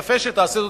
יפה שתעשה זאת